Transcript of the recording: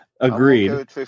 Agreed